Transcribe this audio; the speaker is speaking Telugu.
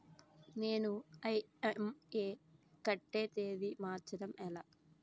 నేను ఇ.ఎం.ఐ కట్టే తేదీ మార్చడం ఎలా?